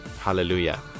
Hallelujah